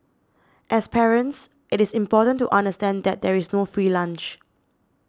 as parents it is important to understand that there is no free lunch